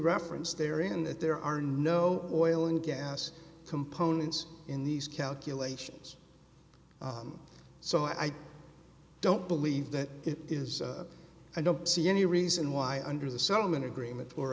referenced there in that there are no oil and gas components in these calculations so i don't believe that it is i don't see any reason why under the settlement agreement or